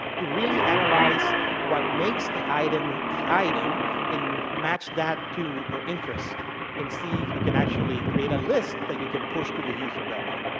to really analyze what makes the item the item and match that to your interest and see if you can actually create a list that you can push to the user that way.